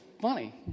funny